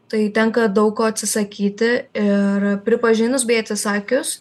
tai tenka daug ko atsisakyti ir pripažinus bei atsisakius